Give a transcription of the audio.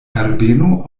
herbeno